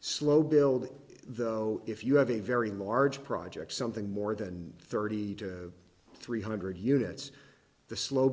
slow build though if you have a very large project something more than thirty to three hundred units the slow